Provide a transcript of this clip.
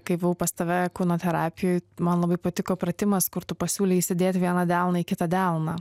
kai buvau pas tave kūno terapijoj man labai patiko pratimas kur tu pasiūlei įsidėt vieną delną į kitą delną